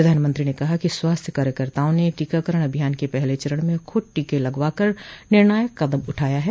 प्रधानमंत्री ने कहा कि स्वास्थ्य कार्यकर्ताओं ने टीकाकरण अभियान के पहले चरण में खुद टीके लगवाकर निर्णायक कदम उठाया है